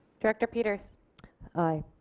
director peters aye.